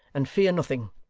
and fear nothing